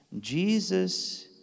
Jesus